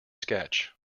sketch